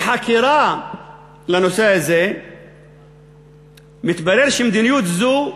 מחקירה של הנושא הזה מתברר שמדיניות זו,